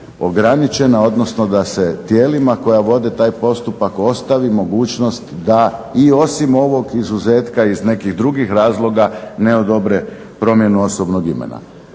ograničena, odnosno da se tijelima koja vode taj postupak ostavi mogućnost da i osim ovog izuzetka iz nekih drugih razloga ne odobre promjenu osobnog imena.